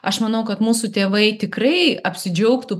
aš manau kad mūsų tėvai tikrai apsidžiaugtų